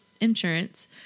insurance